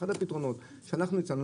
אחד הפתרונות שאנחנו הצענו,